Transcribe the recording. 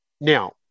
Now